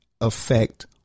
affect